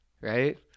Right